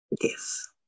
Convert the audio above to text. Yes